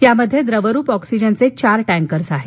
यामध्ये द्रवरूप ऑक्सिजन चे चार टँकर आहेत